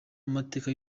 amateka